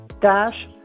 dash